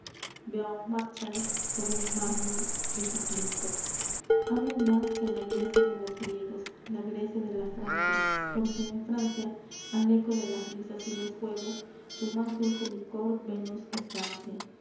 epigrama beaumarchais sobre el mármol de su plinto amo más que la grecia de los griegos la grecia de la francia porque en francia al eco de las risas y los juegos su más dulce licor venus escancia